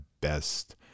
best